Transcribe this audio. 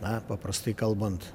na paprastai kalbant